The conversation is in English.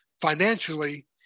financially